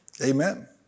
Amen